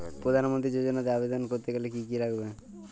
প্রধান মন্ত্রী যোজনাতে আবেদন করতে হলে কি কী লাগবে?